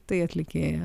tai atlikėja